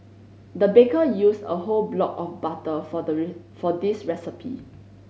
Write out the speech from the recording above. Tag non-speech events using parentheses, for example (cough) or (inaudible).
the baker used a whole block of butter for the (unintelligible) for this recipe